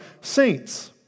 saints